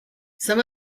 some